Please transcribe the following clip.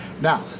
Now